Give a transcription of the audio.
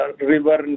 river